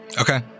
Okay